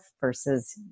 versus